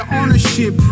ownership